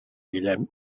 guillem